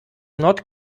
not